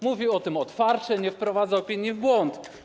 Mówi o tym otwarcie, nie wprowadza opinii w błąd.